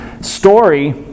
story